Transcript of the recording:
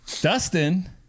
Dustin